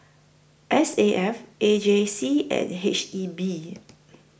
S A F A J C and H E B